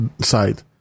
side